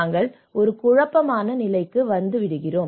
நாங்கள் ஒரு குழப்பமான நிலைக்கு வருகிறோம்